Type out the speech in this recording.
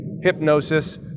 hypnosis